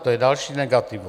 To je další negativum.